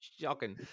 shocking